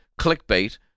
clickbait